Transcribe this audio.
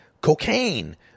Cocaine